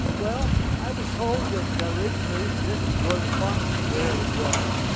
well, i was told that originally this was where the pharmacy area was.